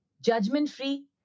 judgment-free